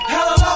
Hello